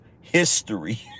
history